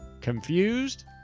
Confused